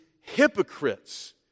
hypocrites